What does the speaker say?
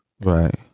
right